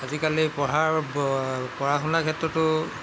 আজিকালি পঢ়াৰ পঢ়া শুনাৰ ক্ষেত্ৰতো